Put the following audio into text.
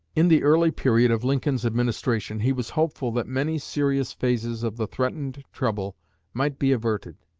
in the early period of lincoln's administration he was hopeful that many serious phases of the threatened trouble might be averted,